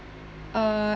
uh